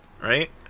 Right